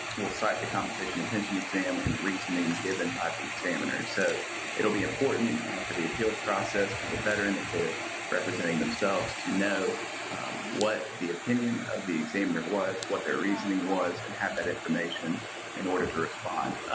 will cite the compensation and pension exam and the reasoning given by the examiner. so it'll be important for the appeals process, for the veteran, if they're representing themselves to know what the opinion of the examiner was, what their reasoning was, and have that information in order to respond.